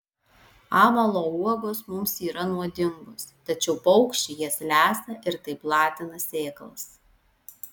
amalo uogos mums yra nuodingos tačiau paukščiai jas lesa ir taip platina sėklas